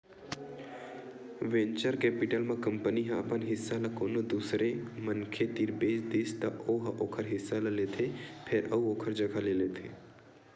venture capital म company ह अपन हिस्सा ल कोनो दूसर मनखे तीर बेच दिस त ओ ह ओखर हिस्सा ल लेथे फेर अउ ओखर जघा ले लेथे